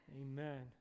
Amen